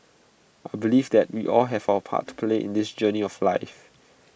I believe that we all have our part to play in this journey of life